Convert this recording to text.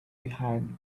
behind